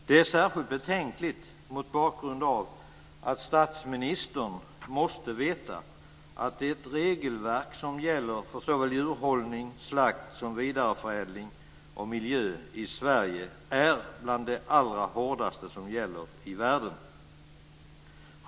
Det är särskilt betänkligt mot bakgrund av att statsministern måste veta att det regelverk som gäller för djurhållning, slakt och vidareförädling samt miljö i Sverige är bland de allra hårdaste som gäller i världen.